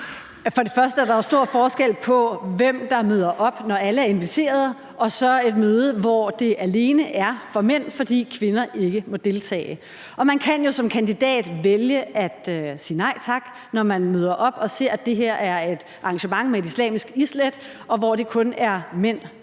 For det første er der jo stor forskel på, hvem der møder op, når alle er inviteret, og på et møde, hvor det alene er for mænd, fordi kvinder ikke må deltage. Man kan jo som kandidat vælge at sige nej tak, når man møder op og ser, at det her er et arrangement med et islamisk islæt, hvor det kun er mænd,